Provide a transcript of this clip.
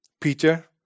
Peter